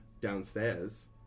downstairs